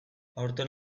aurten